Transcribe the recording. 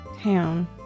town